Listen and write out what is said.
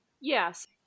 Yes